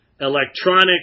electronic